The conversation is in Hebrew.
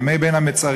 ימי בין המצרים,